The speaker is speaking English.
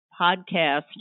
podcast